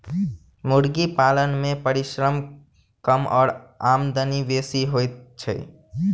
मुर्गी पालन मे परिश्रम कम आ आमदनी बेसी होइत छै